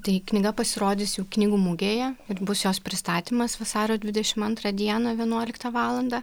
tai knyga pasirodys jau knygų mugėje ir bus jos pristatymas vasario dvidešim antrą dieną vienuoliktą valandą